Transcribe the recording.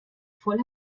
voll